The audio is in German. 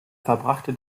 verbrachte